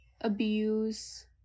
abuse